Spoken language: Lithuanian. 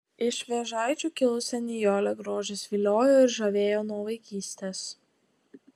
iš vėžaičių kilusią nijolę grožis viliojo ir žavėjo nuo vaikystės